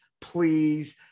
please